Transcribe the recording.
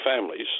families